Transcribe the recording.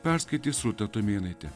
perskaitys rūta tumėnaitė